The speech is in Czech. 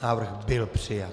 Návrh byl přijat.